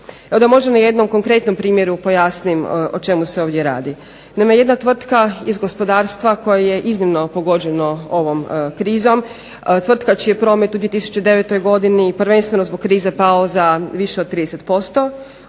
Možda da na jednom konkretnom primjeru pojasnim o čemu se ovdje radi. Naime, jedna tvrtka iz gospodarstva koje je iznimno pogođeno ovom krizom, tvrtka čiji je promet u 2009. godini prvenstveno zbog krize pao za više od 30%